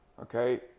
Okay